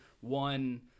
one